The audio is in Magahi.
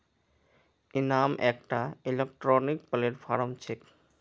इनाम एकटा इलेक्ट्रॉनिक प्लेटफॉर्म छेक